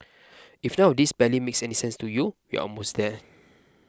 if none of this barely makes any sense to you we're almost there